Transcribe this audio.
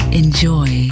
enjoy